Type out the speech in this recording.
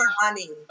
Money